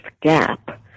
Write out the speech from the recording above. gap